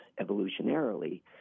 evolutionarily